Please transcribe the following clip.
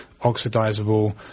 oxidizable